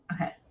Okay